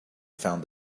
found